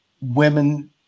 women